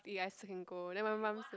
eat I still can go then my mum say